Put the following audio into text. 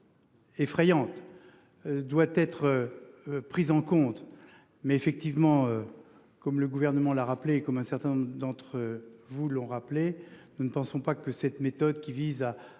Effrayante. Doit être. Prise en compte mais effectivement. Comme le gouvernement l'a rappelé, comme un certain nombre d'entre vous l'ont rappelé. Nous ne pensons pas que cette méthode qui vise à